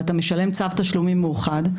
ואתה משלם צו תשלומים מאוחד.